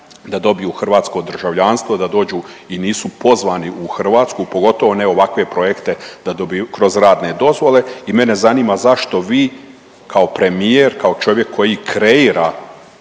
da dobiju hrvatsko državljanstvo, da dođu i nisu pozvani u Hrvatsku pogotovo ne ovakve projekte da dobiju kroz radne dozvole. I mene zanima zašto vi kao premijer, kao čovjek koji kreira